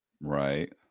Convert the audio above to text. Right